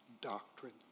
doctrine